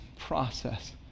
Process